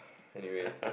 anyway